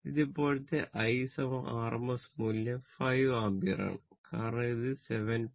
ഇത് ഇപ്പോഴത്തെ I rms മൂല്യം 5 ആമ്പിയറാണ് കാരണം ഇത് 7